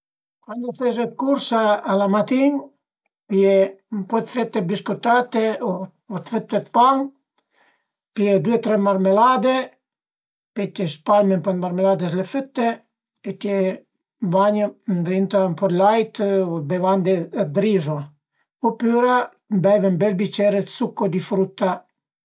Cuandi s'es dë cursa a la matin pìe ën po dë fette biscottate o dë fëtte dë pan, pìe due u tre marmlade, pöi t'ie spalme ën po dë marmlade s'le fëtte e t'ie bagne ëndrinta ën po dë lait o dë bevande dë rizo opüra beve ën bel bicier dë succo di frutta